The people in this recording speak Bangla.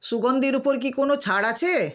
সুগন্ধির উপর কি কোনো ছাড় আছে